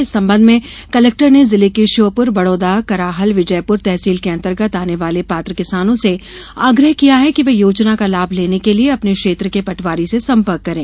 इस संबंध में कलेक्टर ने जिले की श्योपूर बड़ोदा कराहल विजयपुर तहसील के अंतर्गत आने वाले पात्र किसानों से आग्रह किया है कि वे योजना का लाभ लेने के लिये अपने क्षेत्र के पटवारी से संपर्क करें